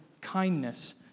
kindness